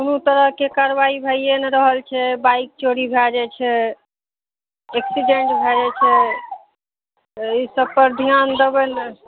कोनो तरहके कारवाइ भैए नहि रहल छै बाइक चोरी भए जाइ छै एक्सिडेन्ट भए जाइ छै ईसबपर धिआन देबै ने